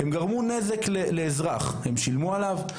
הם גרמו נזק לאזרח, הם שילמו עליו?